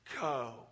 go